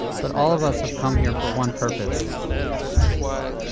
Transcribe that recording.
but all of us have come here for one purpose, let's tune in, let's be quiet,